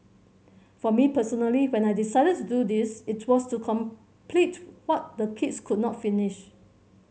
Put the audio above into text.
for me personally when I decided to do this it was to complete what the kids could not finish